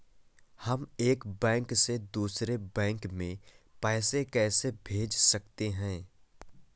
हम एक बैंक से दूसरे बैंक में पैसे कैसे भेज सकते हैं?